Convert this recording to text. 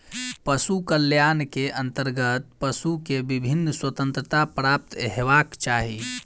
पशु कल्याण के अंतर्गत पशु के विभिन्न स्वतंत्रता प्राप्त हेबाक चाही